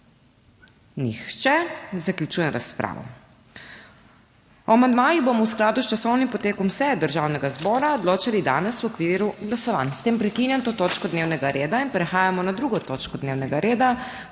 Nihče. Zaključujem razpravo. O amandmajih bomo v skladu s časovnim potekom seje Državnega zbora odločali danes v okviru glasovanj. S tem prekinjam to točko dnevnega reda. In prehajamo na 2. TOČKO DNEVNEGA REDA